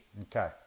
Okay